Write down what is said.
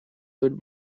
would